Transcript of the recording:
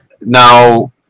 now